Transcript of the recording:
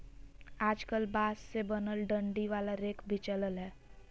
आजकल बांस से बनल डंडी वाला रेक भी चलल हय